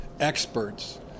Experts